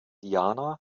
diana